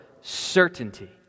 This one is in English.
certainty